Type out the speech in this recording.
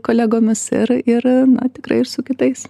kolegomis ir ir tikrai ir su kitais